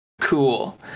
cool